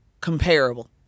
comparable